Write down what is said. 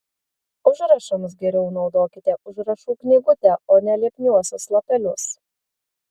užrašams geriau naudokite užrašų knygutę o ne lipniuosius lapelius